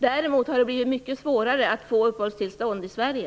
Däremot har det blivit mycket svårare att få uppehållstillstånd i Sverige.